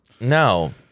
No